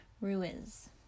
Ruiz